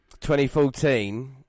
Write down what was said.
2014